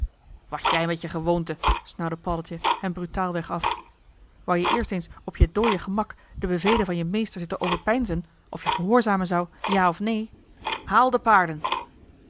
wat jij met je gewoonte snauwde paddeltje hem brutaalweg af wou jij eerst eens op je dooie gemak de bevelen van je meester zitten overpeinzen of je gehoorzamen zou ja of neen haal de paarden